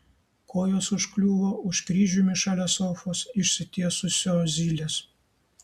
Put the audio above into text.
kojos užkliuvo už kryžiumi šalia sofos išsitiesusio zylės